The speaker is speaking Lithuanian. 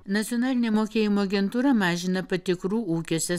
nacionalinė mokėjimo agentūra mažina patikrų ūkiuose